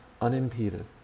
unimpeded